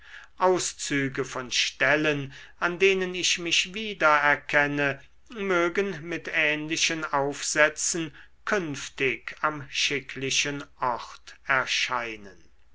auszüge von stellen an denen ich mich wieder erkenne mögen mit ähnlichen aufsätzen künftig am schicklichen ort erscheinen